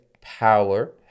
power